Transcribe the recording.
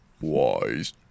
Wise